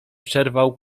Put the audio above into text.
przerwał